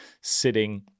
sitting